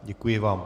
Děkuji vám.